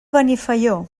benifaió